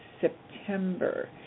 September